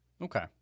Okay